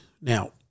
now